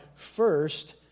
first